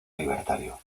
libertario